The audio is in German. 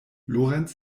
lorenz